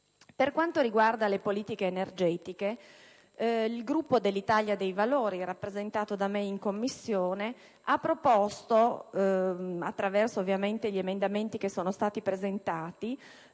Per quanto riguarda le politiche energetiche, il Gruppo dell'Italia dei Valori, rappresentato da me in Commissione, ha proposto, attraverso i vari emendamenti presentati,